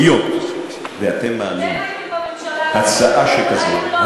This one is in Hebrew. היות שאתם מעלים הצעה שכזאת,